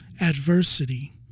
adversity